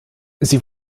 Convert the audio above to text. sie